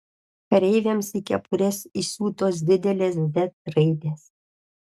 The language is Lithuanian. kareiviams į kepures įsiūtos didelės z raidės